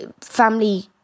family